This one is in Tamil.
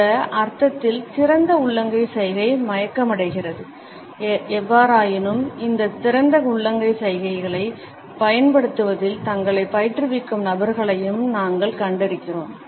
இந்த அர்த்தத்தில் திறந்த உள்ளங்கை சைகை மயக்கமடைகிறது எவ்வாறாயினும் இந்த திறந்த உள்ளங்கை சைகைகளைப் பயன்படுத்துவதில் தங்களைப் பயிற்றுவிக்கும் நபர்களையும் நாங்கள் கண்டிருக்கிறோம்